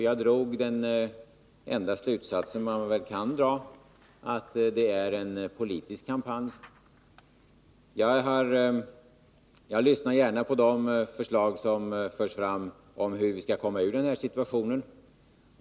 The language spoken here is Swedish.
Jag drog den enda slutsats man kan dra, att det är en politisk kampanj. Jag lyssnar gärna till de förslag som förs fram och som gäller hur vi skall komma ur den här situationen.